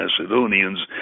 Macedonians